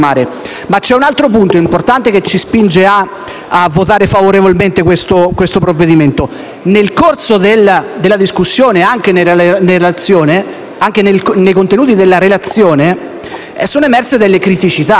Ma c'è un altro punto importante che ci spinge a votare a favore di questo provvedimento. Nel corso della discussione e anche nei contenuti della relazione, sono emerse delle criticità.